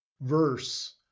verse